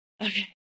Okay